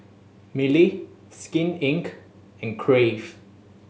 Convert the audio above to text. Mili Skin Inc and Crave